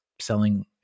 selling